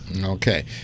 Okay